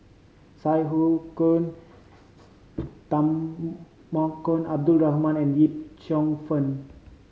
Sai Hu Temaggong Abdul Rahman and Yip Cheong Fen